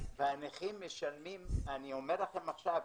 אני אומר לכם עכשיו,